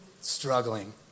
Struggling